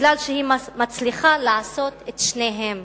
מפני שהיא מצליחה לעשות את שניהם